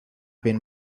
been